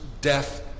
death